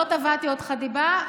ולמרות זאת לא תבעתי אותך דיבה.